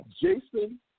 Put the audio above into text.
Jason